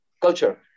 culture